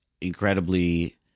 incredibly